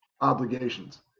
obligations